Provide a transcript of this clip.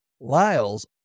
Lyles